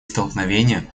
столкновения